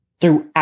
Throughout